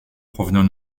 provenant